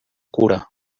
cura